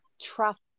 trust